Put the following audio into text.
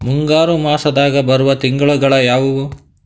ಮುಂಗಾರು ಮಾಸದಾಗ ಬರುವ ತಿಂಗಳುಗಳ ಯಾವವು?